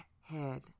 head